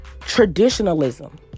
traditionalism